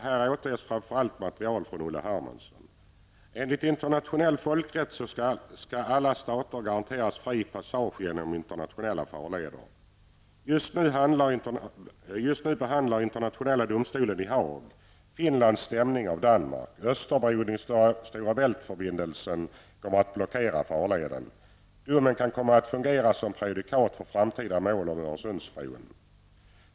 Här återges framför allt material från Olle Enligt internationell folkrätt skall alla stater garanteras fri passage genom internationella farleder. Just nu behandlar Internationella domstolen i Haag Finlands stämning av Danmark. Österbron i Stora Bält-förbindelen kommer att blockera farleden. Domen kan komma att fungera som prejudikat för framtida mål om Öresundsbron.